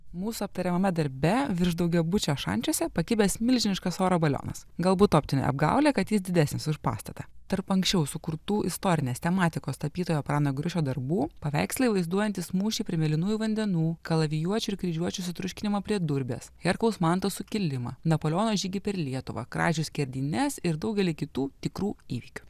mūsų aptariamame darbe virš daugiabučio šančiuose pakibęs milžiniškas oro balionas galbūt optinė apgaulė kad jis didesnis už pastatą tarp anksčiau sukurtų istorinės tematikos tapytojo prano griušio darbų paveikslai vaizduojantys mūšį prie mėlynųjų vandenų kalavijuočių ir kryžiuočių sutriuškinimą prie durbės herkaus manto sukilimą napoleono žygį per lietuvą kražių skerdynes ir daugelį kitų tikrų įvykių